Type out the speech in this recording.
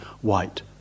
white